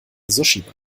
sushibar